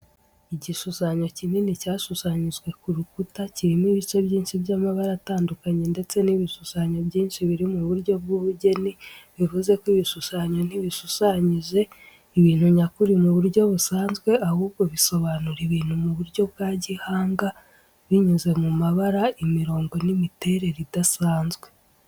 Igishushanyo kinini cyashushanyijwe ku rukuta. Kirimo ibice byinshi by’amabara atandukanye ndetse n’ibishushanyo byinshi biri mu buryo bw'ubugeni, bivuze ko ibishushanyo ntibishushanyije ibintu nyakuri mu buryo busanzwe, ahubwo bisobanura ibintu mu buryo bwa gihanga, binyuze mu mabara, imirongo, n'imiterere idasanzwe.